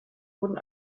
wurden